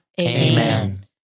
Amen